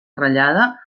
ratllada